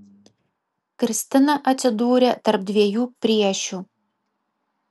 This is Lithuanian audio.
kristina atsidūrė tarp dviejų priešių